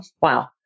Wow